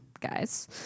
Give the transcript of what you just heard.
guys